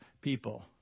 people